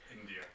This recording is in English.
India